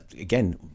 again